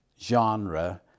genre